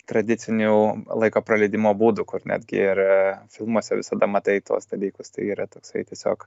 tradicinių laiko praleidimo būdų kur netgi ir filmuose visada matai tuos dalykus tai yra toksai tiesiog